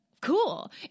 cool